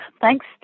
Thanks